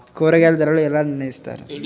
కూరగాయల ధరలు ఎలా నిర్ణయిస్తారు?